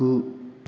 गु